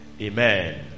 Amen